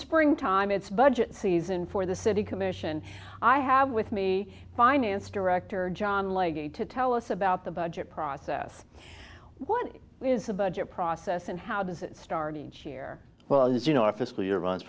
spring time it's budget season for the city commission i have with me finance director john like to tell us about the budget process what is the budget process and how does it start each year well as you know our fiscal year runs